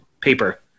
paper